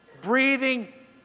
breathing